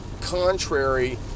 contrary